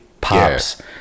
pops